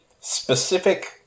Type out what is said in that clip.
specific